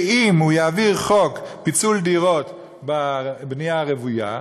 שאם הוא יעביר חוק פיצול דירות בבנייה הרוויה,